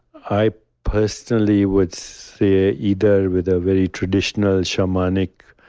i personally would say, ah either with a very traditional shamanic